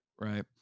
right